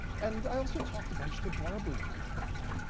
and i also talked a bunch to barbara during that year.